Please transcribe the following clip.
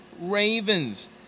Ravens